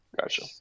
Gotcha